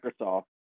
Microsoft